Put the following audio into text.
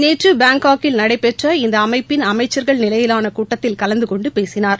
நேற்றுபாங்காக்கில் நடைபெற்ற இந்தஅமைப்பின் அமைச்சர்கள் நிலையிலானகூட்டத்தில கலந்துகொண்டுபேசினார்